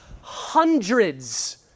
hundreds